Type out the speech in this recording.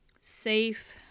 safe